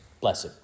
blessed